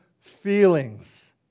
feelings